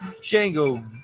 Shango